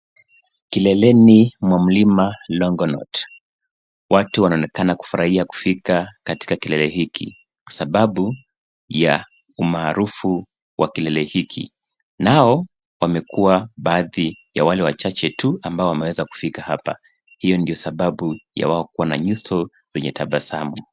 Kileleni mwa mlima Longonot. Watu wanaonekana kufurahia kufika katika kilele hiki kwa sababu ya umaarufu wa kilele hiki, nao wamekuwa baadhi ya wale wachache tu ambao wameweza kufika hapa. Hio ndio sababu ya wao kuwa na nyuso zenye tabasamu.